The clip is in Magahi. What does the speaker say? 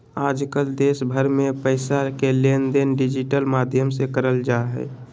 आजकल देश भर मे पैसा के लेनदेन डिजिटल माध्यम से करल जा हय